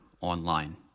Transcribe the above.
online